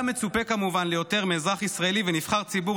היה מצופה כמובן ליותר מאזרח ישראלי ונבחר ציבור,